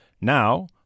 Now